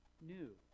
new